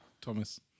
Thomas